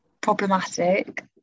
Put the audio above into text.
problematic